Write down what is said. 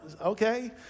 okay